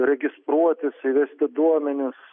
registruotis įvesti duomenis